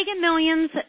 millions